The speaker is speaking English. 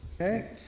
Okay